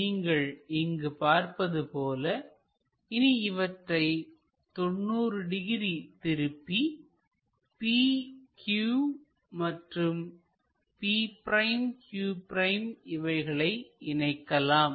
நீங்கள் இங்குபார்ப்பதுபோல இனி இவற்றை 90 டிகிரி திருப்பி PQ மற்றும் p'q' இவைகளை இணைக்கலாம்